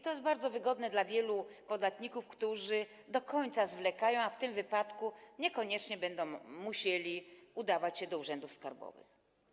To jest bardzo wygodne dla wielu podatników, którzy zwlekają do końca, a w tym wypadku niekoniecznie będą musieli udawać się do urzędów skarbowych.